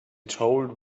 told